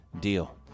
deal